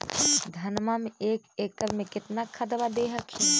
धनमा मे एक एकड़ मे कितना खदबा दे हखिन?